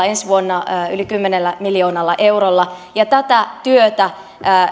ensi vuonna yli kymmenellä miljoonalla eurolla tätä työtä